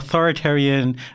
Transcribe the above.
Authoritarian